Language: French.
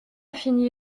fini